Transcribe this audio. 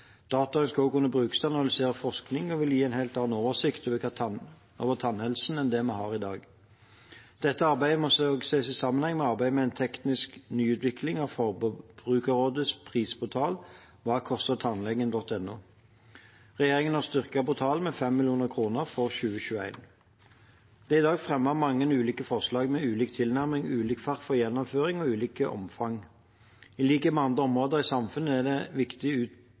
skal også kunne brukes til analyser og forskning og vil gi en helt annen oversikt over tannhelsen enn vi har i dag. Dette arbeidet må også ses i sammenheng med arbeidet med en teknisk nyutvikling av Forbrukerrådets prisportal hvakostertannlegen.no. Regjeringen har styrket portalen med 5 mill. kr for 2021. Det er i dag fremmet mange ulike forslag med ulik tilnærming, ulik fart for gjennomføring og ulikt omfang. I likhet med andre områder i samfunnet er det